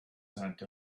sent